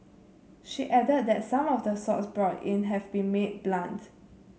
she added that some of the swords brought in have been made blunt